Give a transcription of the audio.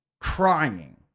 crying